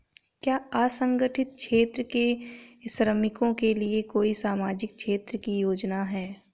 क्या असंगठित क्षेत्र के श्रमिकों के लिए कोई सामाजिक क्षेत्र की योजना है?